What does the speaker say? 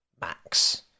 Max